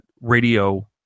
radio